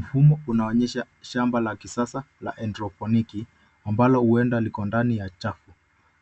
Mfumo unaonyesha shamba la kisasa la haidroponiki ambalo huenda liko ndani ya chafu.